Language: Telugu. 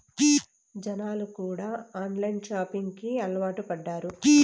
జనాలు కూడా ఆన్లైన్ షాపింగ్ కి అలవాటు పడ్డారు